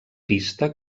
pista